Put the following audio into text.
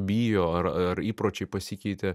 bijo ar ar įpročiai pasikeitė